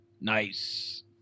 Nice